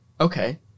Okay